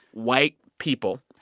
white people,